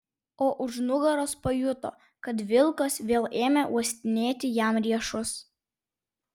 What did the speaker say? o už nugaros pajuto kad vilkas vėl ėmė uostinėti jam riešus